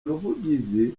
muvugizi